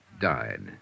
died